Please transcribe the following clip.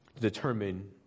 determine